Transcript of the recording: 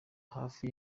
hafi